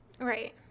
right